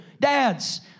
Dads